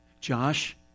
Josh